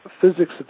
physics